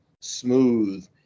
smooth